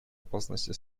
опасности